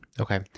Okay